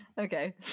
okay